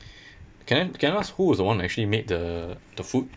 can I can I ask who was the one who actually made the the food